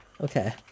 Okay